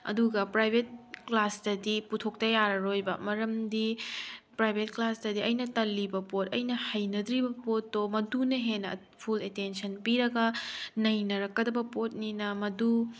ꯑꯗꯨꯒ ꯄ꯭ꯔꯥꯏꯚꯦꯠ ꯀ꯭ꯂꯥꯁꯇꯗꯤ ꯄꯨꯊꯣꯛꯇꯕ ꯌꯥꯔꯔꯣꯏꯕ ꯃꯔꯝꯗꯤ ꯄ꯭ꯔꯥꯏꯚꯦꯠ ꯀ꯭ꯂꯥꯁꯇꯗꯤ ꯑꯩꯅ ꯇꯜꯂꯤꯕ ꯄꯣꯠ ꯑꯩꯅ ꯍꯩꯅꯗ꯭ꯔꯤꯕ ꯄꯣꯠꯇꯣ ꯃꯗꯨꯅ ꯍꯦꯟꯅ ꯐꯨꯜ ꯑꯦꯇꯦꯟꯁꯟ ꯄꯤꯔꯒ ꯅꯩꯅꯔꯛꯀꯗꯕ ꯄꯣꯠꯅꯤꯅ ꯃꯗꯨ